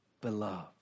beloved